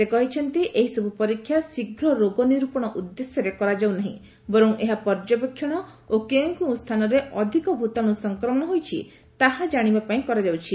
ସେ କହିଛନ୍ତି ଏହିସବୁ ପରୀକ୍ଷା ଶୀଘ୍ର ରୋଗ ନିରୂପଣ ଉଦ୍ଦେଶ୍ୟରେ କରାଯାଉ ନାହିଁ ବର୍ଚ ଏହା ପର୍ଯ୍ୟବେକ୍ଷଣ ଓ କେଉଁ କେଉଁ ସ୍ଥାନରେ ଅଧିକ ଭୂତାଣୁ ସଂକ୍ରମଣ ହୋଇଛି ତାହା ଜାଣିବା ପାଇଁ କରାଯାଉଛି